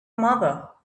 mother